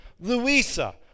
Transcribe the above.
Louisa